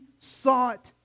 sought